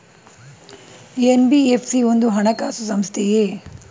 NBFC ಒಂದು ಹಣಕಾಸು ಸಂಸ್ಥೆಯೇ?